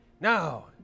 Now